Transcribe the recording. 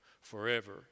forever